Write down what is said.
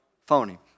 Phony